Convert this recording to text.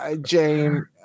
Jane